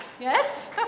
Yes